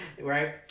right